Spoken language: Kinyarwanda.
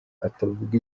atavuga